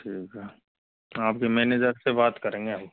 ठीक है आपके मैनेजर से बात करेंगे अब